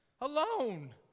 alone